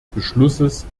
beschlusses